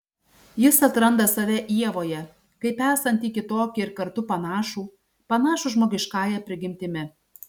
jis atranda save ievoje kaip esantį kitokį ir kartu panašų panašų žmogiškąja prigimtimi